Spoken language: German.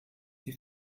die